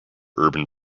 urban